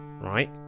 Right